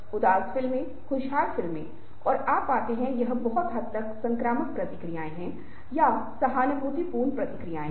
खामोशी के बिना सब चीजें एक साथ मिल जाएँगी चीजें एक साथ जुड़ जाएंगी और हम उनके बारे में समझ नहीं बना पाएंगे